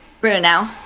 Bruno